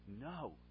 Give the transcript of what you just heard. No